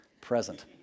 Present